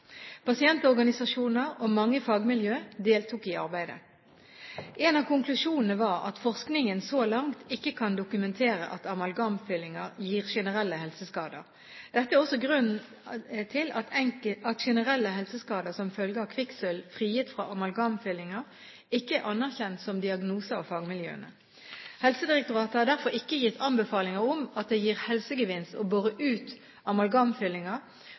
Pasientorganisasjoner og mange fagmiljøer deltok i arbeidet. En av konklusjonene var at forskningen så langt ikke kan dokumentere at amalgamfyllinger gir generelle helseskader. Dette er også grunnen til at generelle helseskader som følge av kvikksølv frigitt fra amalgamfyllinger ikke er anerkjent som diagnose av fagmiljøene. Helsedirektoratet har derfor ikke gitt anbefalinger om at det gir helsegevinst å bore ut amalgamfyllinger